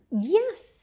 yes